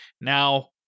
Now